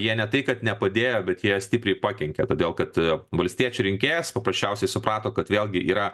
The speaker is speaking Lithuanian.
jie ne tai kad nepadėjo bet jie stipriai pakenkė todėl kad valstiečių rinkėjas paprasčiausiai suprato kad vėlgi yra